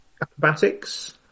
Acrobatics